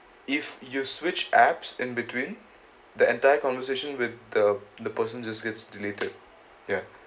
if you switch apps in between the entire conversation with the the person just gets deleted ya